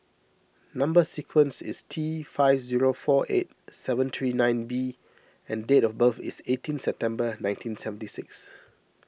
Number Sequence is T five zero four eight seven three nine B and date of birth is eighteen September nineteen seventy six